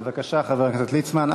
בבקשה, חבר הכנסת ליצמן.